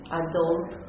adult